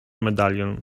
medalion